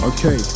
Okay